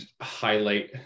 highlight